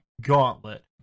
Gauntlet